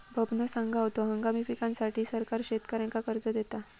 बबनो सांगा होतो, हंगामी पिकांसाठी सरकार शेतकऱ्यांना कर्ज देता